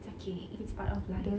it's okay it's part of life